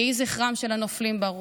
יהי זכרם של הנופלים ברוך.